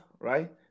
right